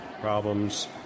problems